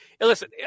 listen